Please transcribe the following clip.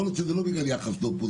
יכול להיות שזה לא בגלל יחס לאופוזיציה,